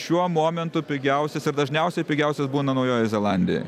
šiuo momentu pigiausias ir dažniausiai pigiausias būna naujojoj zelandijoj